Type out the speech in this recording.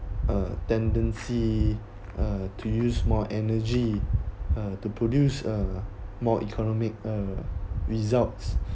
a uh tendency to uh use more energy to produce more uh economic results